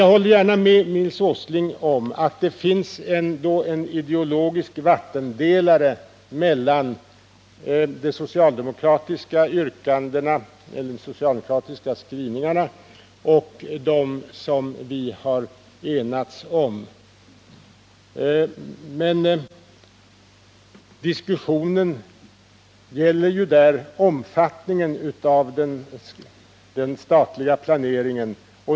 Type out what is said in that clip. Jag håller gärna med Nils Åsling om att det ändå finns en ideologisk vattendelare mellan de socialdemokratiska skrivningarna och det som vi har enats om. Men diskussionen gäller ju omfattningen av den statliga planeringen.